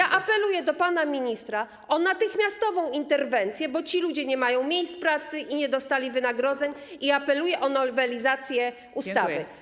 Apeluję do pana ministra o natychmiastową interwencję, bo ci ludzie nie mają miejsc pracy i nie dostali wynagrodzeń, i o nowelizację ustawy.